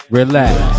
relax